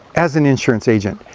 as an insurance agent,